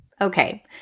Okay